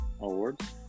awards